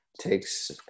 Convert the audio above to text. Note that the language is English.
takes